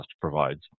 provides